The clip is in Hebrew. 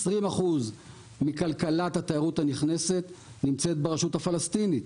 20% מכלכלת התיירות הנכנסת הייתה ברשות הפלסטינית.